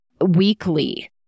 weekly